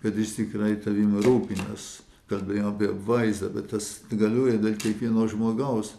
kad jis tikrai tavim rūpinas kalbėjau apie vaizdą bet tas galioja dėl kiekvieno žmogaus